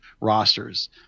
rosters